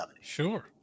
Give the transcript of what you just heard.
Sure